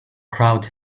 crowd